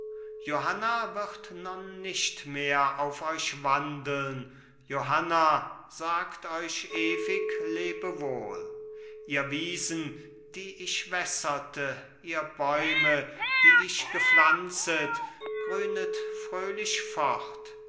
johanna wird nun nicht mehr auf euch wandeln johanna sagt euch ewig lebewohl ihr wiesen die ich wässerte ihr bäume die ich gepflanzet grünet fröhlich fort